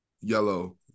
yellow